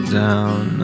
down